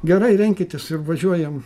gerai renkitės važiuojam